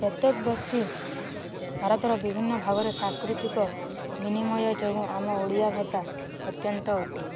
ପ୍ରତ୍ୟେକ ବ୍ୟକ୍ତି ଭାରତର ବିଭିନ୍ନ ଭାଗରେ ସାଂସ୍କୃତିକ ବିନିମୟ ଯୋଗୁଁ ଆମ ଓଡ଼ିଆ ଭାଷା ଅତ୍ୟନ୍ତ ଅଟେ